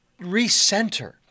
recenter